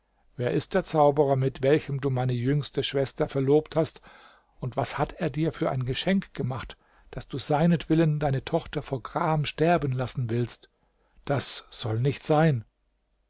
wer ist der zauberer mit welchem du meine jüngste schwester verlobt hast und was hat er dir für ein geschenk gemacht daß du seinetwillen deine tochter vor gram sterben lassen willst das soll nicht sein